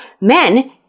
men